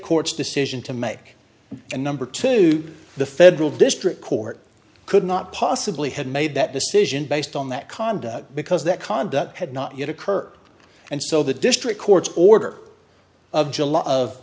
court's decision to make and number two the federal district court could not possibly have made that decision based on that conduct because that conduct had not yet occurred and so the district court's order of